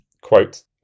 quote